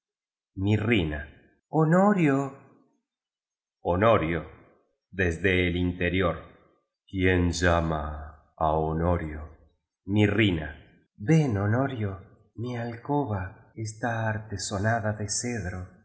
honorio desde el interior quién llama á honorio mirrina ven honorio mi alcoba está artesonáda de